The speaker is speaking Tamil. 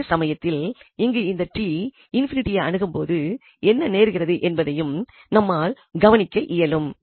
அதே சமயத்தில் இங்கு இந்த t ∞ ஐ அணுகும்போது என்ன நேர்கிறது என்பதனையும் நம்மால் கவனிக்க இயலும்